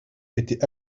étaient